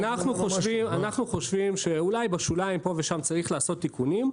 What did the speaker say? אנחנו חושבים שאולי בשוליים צריך לעשות תיקונים,